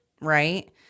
right